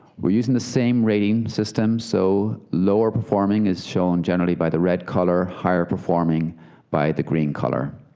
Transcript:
we are using the same rating system, so lower performing is shown generally by the red color, higher performing by the green color.